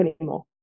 anymore